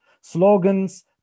Slogans